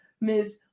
Miss